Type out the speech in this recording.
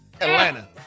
Atlanta